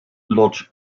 lodge